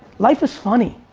life is funny.